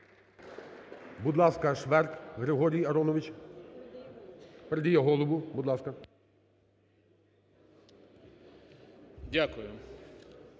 Дякую.